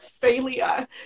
failure